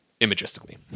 imagistically